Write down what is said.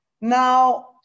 Now